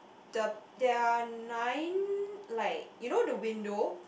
the there are nine like you know the window